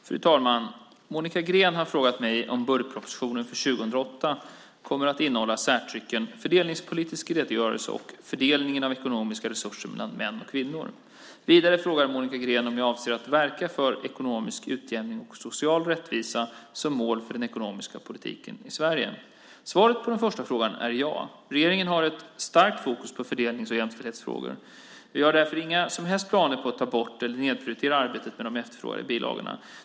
Fru talman! Monica Green har frågat mig om budgetpropositionen för 2008 kommer att innehålla särtrycken Fördelningspolitisk redogörelse och Fördelningen av ekonomiska resurser mellan kvinnor och män . Vidare frågar Monica Green om jag avser att verka för ekonomisk utjämning och social rättvisa som mål för den ekonomiska politiken i Sverige. Svaret på den första frågan är ja. Regeringen har ett starkt fokus på fördelnings och jämställdhetsfrågor. Vi har därför inga som helst planer på att ta bort eller nedprioritera arbetet med de efterfrågade bilagorna.